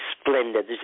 splendid